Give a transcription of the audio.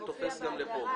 זה תופס גם כאן.